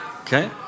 Okay